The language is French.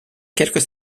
quelques